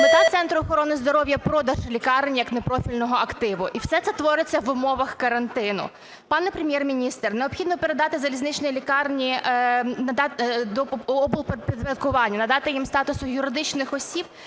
Мета Центру охорони здоров'я – продаж лікарень як непрофільного активу. І все це твориться в умовах карантину. Пане Прем'єр-міністр, необхідно передати залізничні лікарні до облпідпорядкування, надати їм статус юридичних осіб